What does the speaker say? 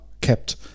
kept